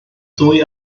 ddwy